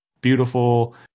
beautiful